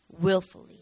willfully